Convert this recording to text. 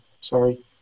Sorry